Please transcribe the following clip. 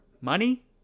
money